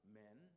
men